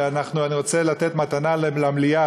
כי אני רוצה לתת מתנה למליאה,